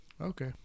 Okay